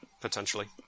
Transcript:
potentially